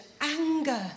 anger